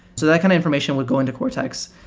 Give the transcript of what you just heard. so that kind of information would go into cortex.